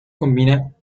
combina